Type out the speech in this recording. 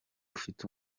ufite